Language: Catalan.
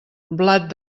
blat